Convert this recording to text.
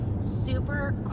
super